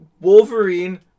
wolverine